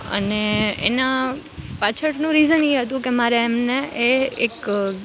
અને એના પાછળનું રિઝન એ હતું કે મારે એમને એ એક